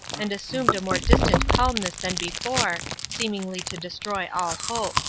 and assumed a more distant calmness than before, seemingly to destroy all hope.